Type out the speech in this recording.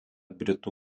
britų